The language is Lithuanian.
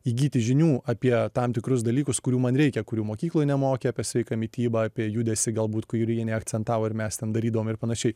įgyti žinių apie tam tikrus dalykus kurių man reikia kurių mokykloj nemokė apie sveiką mitybą apie judesį galbūt kurį neakcentavo ir mes ten darydavom ir panašiai